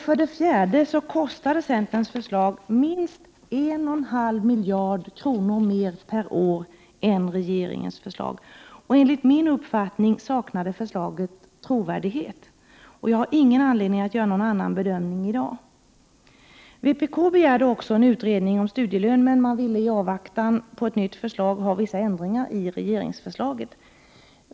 För det fjärde kostade centerns förslag minst 1,5 miljarder mer per år än regeringens. Enligt min uppfattning saknade förslaget trovärdighet. Jag har ingen anledning att göra någon annan bedömning i dag. Vpk begärde också en utredning om studielön men ville i avvaktan på ett nytt förslag ha vissa ändringar i regeringsförslaget.